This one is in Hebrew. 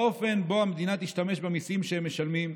באופן שבו המדינה תשתמש במיסים שהם משלמים.